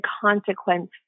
consequence